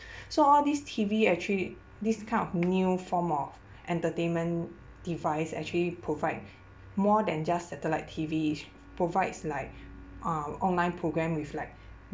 so all these T_V actually this kind of new form of entertainment device actually provide more than just satellite T_V provides like uh online program with like